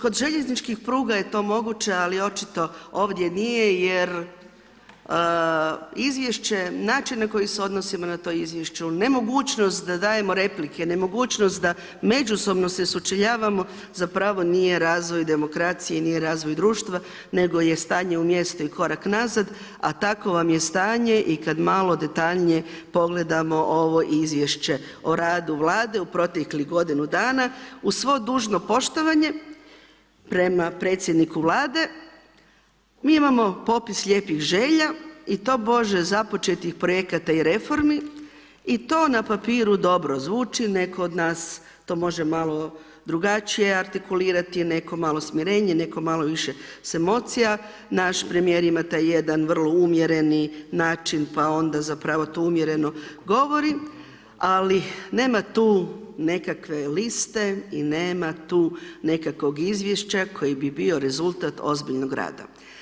Kod željezničkih pruga je to moguće ali očito ovdje nije jer izvješće, način na koji se odnosimo na to izvješće, nemogućnost da dajemo replike, nemogućnost da međusobno se sučeljavamo, zapravo nije razvoj demokracije i nije razvoj društva nego je stanje u mjestu i korak nazad i kad malo detaljnije pogledamo ovo izvješće u radu Vlade, u proteklih godinu dana, uz svo dužno poštovanje prema predsjedniku Vlade, mi imamo popis lijepih želja i tobože započetih projekata i reformi to na papiru dobro zvuči, netko od nas to može malo drugačije artikulirati, netko malo smirenije, netko malo više s emocija, naš premijer ima taj jedan vrlo umjereni način pa onda zapravo tu umjereno govori, ali nema tu nekakve liste i nema tu nekakvog izvješća koji bi bio rezultat ozbiljnog rada.